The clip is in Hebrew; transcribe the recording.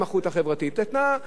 נתנה לכולם,